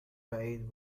بعید